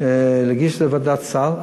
לוועדת הסל,